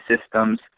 systems